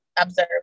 observe